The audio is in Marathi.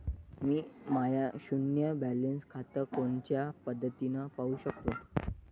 मी माय शुन्य बॅलन्स खातं कोनच्या पद्धतीनं पाहू शकतो?